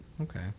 Okay